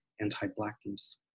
anti-blackness